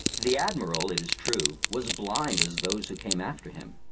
the admiral, it is true, was blind as those who came after him,